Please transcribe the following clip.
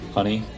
Honey